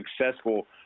successful